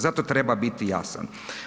Zato treba biti jasan.